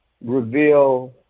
reveal